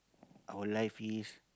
our life is